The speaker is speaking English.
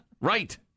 Right